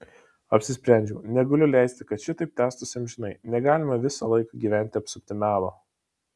apsisprendžiau negaliu leisti kad šitaip tęstųsi amžinai negalime visąlaik gyventi apsupti melo